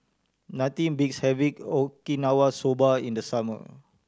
nothing beats having Okinawa Soba in the summer